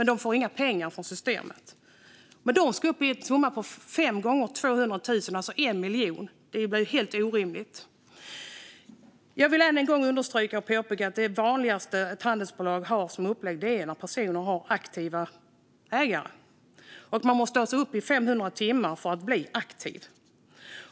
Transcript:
De får inga pengar från systemet. De ska upp i en summa på fem gånger 200 000, alltså 1 miljon. Det blir helt orimligt. Jag vill än en gång understryka och påpeka att det är vanligt att handelsbolag har upplägg där en person är aktiv ägare. Man måste alltså upp i 500 timmar för att bli aktiv.